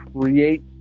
create